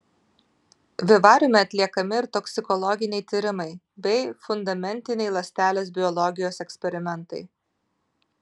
vivariume atliekami ir toksikologiniai tyrimai bei fundamentiniai ląstelės biologijos eksperimentai